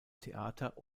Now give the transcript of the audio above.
theater